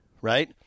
right